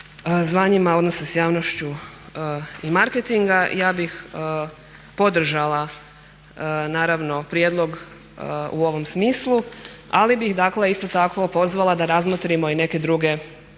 zvanjima odnosa s javnošću i marketinga. Ja bih podržala naravno prijedlog u ovom smislu ali bih dakle isto tako pozvala da razmotrimo i neka druga zvanja,